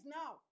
now